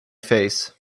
face